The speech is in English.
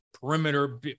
perimeter